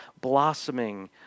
blossoming